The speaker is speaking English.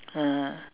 (uh huh)